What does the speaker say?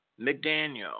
McDaniel